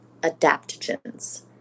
adaptogens